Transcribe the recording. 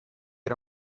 era